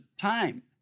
time